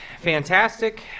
Fantastic